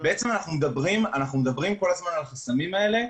אנחנו מדברים כל הזמן על החסמים האלה,